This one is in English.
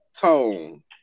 tone